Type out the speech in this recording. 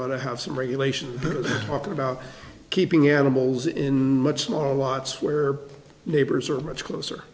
to have some regulation talking about keeping animals in much smaller lots where neighbors are much closer